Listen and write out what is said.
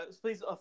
please